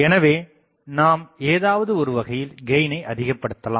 எனவே நாம் ஏதாவது ஒருவகையில் கெயினை அதிகபடுத்தலாம்